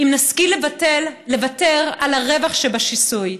אם נשכיל לוותר על הרווח שבשיסוי,